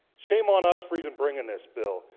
shame on us for even bringing this bill.